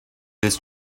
this